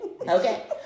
Okay